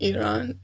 Iran